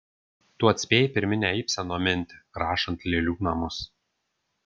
tu atspėjai pirminę ibseno mintį rašant lėlių namus